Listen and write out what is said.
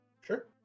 Sure